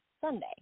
Sunday